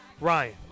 Ryan